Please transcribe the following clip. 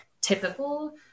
typical